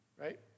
right